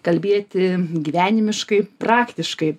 kalbėti gyvenimiškai praktiškai